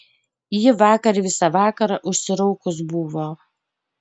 ji vakar visą vakarą užsiraukus buvo